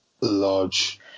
large